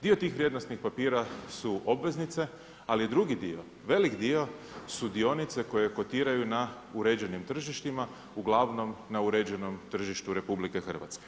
Dio tih vrijednosnih papira su obveznice ali drugi dio, velik dio su dionice koje kotiraju na uređenim tržištima, uglavnom na uređenom tržištu RH.